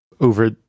over